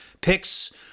picks